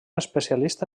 especialista